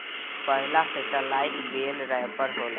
पहिला satellite bale wrapper होला